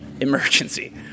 emergency